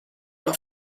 alla